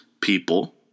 people